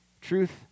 truth